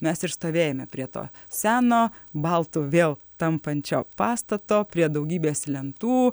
mes ir stovėjome prie to seno baltu vėl tampančio pastato prie daugybės lentų